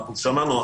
שמענו,